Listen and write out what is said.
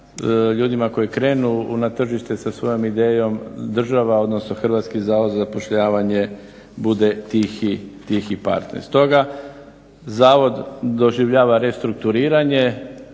ljudima koji krenu na tržište sa svojom idejom, država odnosno Hrvatski zavod za zapošljavanje bude tih partner. Stoga, zavod doživljava restrukturiranje,